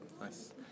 Nice